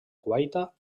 guaita